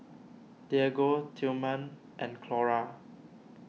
Diego Tillman and Clora